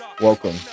Welcome